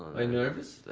nervous?